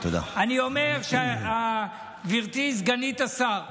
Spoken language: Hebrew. אני אומר, גברתי סגנית השר: